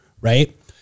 Right